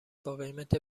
باقیمت